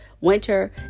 winter